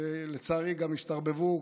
ולצערי גם השתרבבו